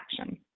action